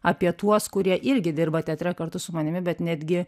apie tuos kurie irgi dirba teatre kartu su manimi bet netgi